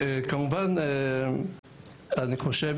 כמובן, אני חושב